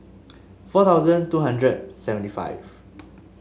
four thousand two hundred seventy five